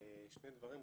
שני דברים.